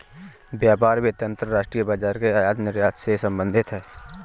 व्यापार वित्त अंतर्राष्ट्रीय बाजार के आयात निर्यात से संबधित है